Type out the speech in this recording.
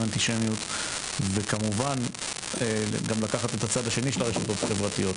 אנטישמיות וכמובן גם לקחת את הצד השני של הרשתות החברתיות